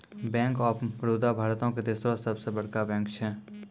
bank of Baroda भारतो के तेसरो सभ से बड़का बैंक छै